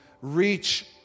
reach